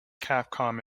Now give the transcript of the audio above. capcom